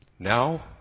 Now